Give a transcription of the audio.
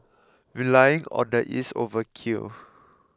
relying on the is overkill